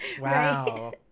wow